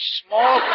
small